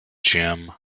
jim